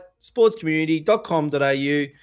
sportscommunity.com.au